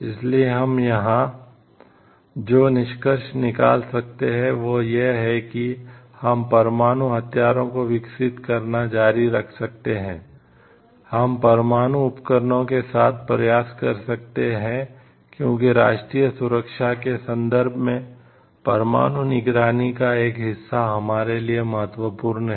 इसलिए हम यहां जो निष्कर्ष निकाल सकते हैं वह यह है कि हम परमाणु हथियारों को विकसित करना जारी रख सकते हैं हम परमाणु उपकरणों के साथ प्रयास कर सकते हैं क्योंकि राष्ट्रीय सुरक्षा के संदर्भ में परमाणु निगरानी का एक हिस्सा हमारे लिए महत्वपूर्ण है